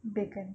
bacon